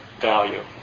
value